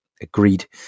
Agreed